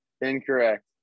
Incorrect